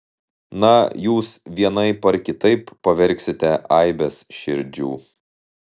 na jūs vienaip ar kitaip pavergsite aibes širdžių